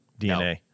DNA